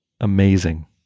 Amazing